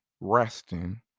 resting